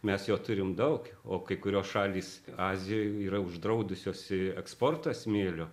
mes jo turim daug o kai kurios šalys azijoj yra uždraudusios eksportą smėlio